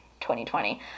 2020